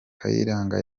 kayiranga